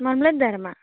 મામલતદારમાં